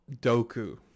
Doku